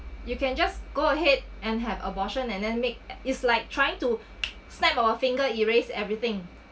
you can just go ahead and have abortion and then make is like trying to snap our finger erased everything